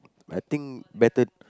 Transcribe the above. I think better